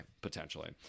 potentially